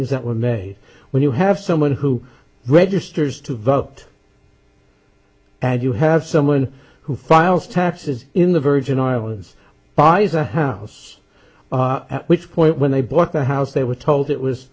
gs that one may when you have someone who registers to vote and you have someone who files taxes in the virgin islands buys a house at which point when they bought the house they were told it was